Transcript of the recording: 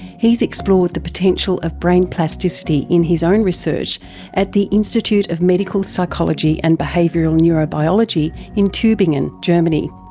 he has explored the potential of brain plasticity in his own research at the institute of medical psychology and behavioural neurobiology in tubingen, germany,